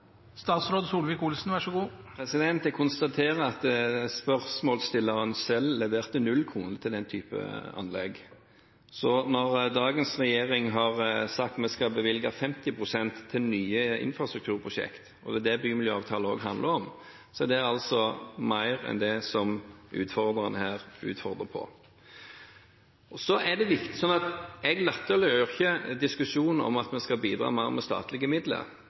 Jeg konstaterer at spørsmålsstilleren selv leverte 0 kr til den type anlegg, så når dagens regjering har sagt at vi skal bevilge 50 pst. til nye infrastrukturprosjekter, og det er det bymiljøavtalen også handler om, er det altså mer enn det utfordreren her utfordrer med. Jeg latterliggjør ikke diskusjonen om at vi skal bidra mer med statlige midler